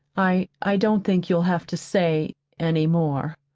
i i don't think you'll have to say any more.